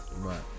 Right